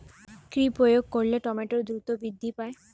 কি প্রয়োগ করলে টমেটো দ্রুত বৃদ্ধি পায়?